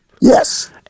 yes